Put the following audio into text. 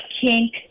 kink